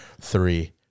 Three